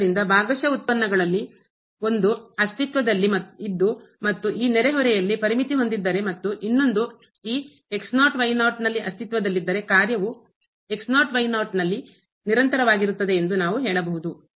ಆದ್ದರಿಂದ ಭಾಗಶಃ ಉತ್ಪನ್ನಗಳಲ್ಲಿ ಒಂದು ಅಸ್ತಿತ್ವದಲ್ಲಿ ಇದ್ದು ಮತ್ತು ಈ ನೆರೆಹೊರೆಯಲ್ಲಿ ಪರಿಮಿತಿ ಹೊಂದಿದ್ದರೆ ಮತ್ತು ಇನ್ನೊಂದು ಈ ನಲ್ಲಿ ಅಸ್ತಿತ್ವದಲ್ಲಿದ್ದರೆ ಕಾರ್ಯವು ನಲ್ಲಿ ನಿರಂತರವಾಗಿರುತ್ತದೆ ಎಂದು ನಾವು ಹೇಳಬಹುದು